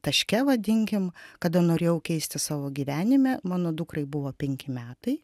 taške vadinkim kada norėjau keistis savo gyvenime mano dukrai buvo penki metai